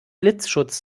blitzschutz